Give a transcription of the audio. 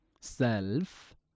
self